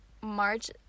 March